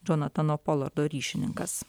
džonatano polardo ryšininkas